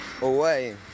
away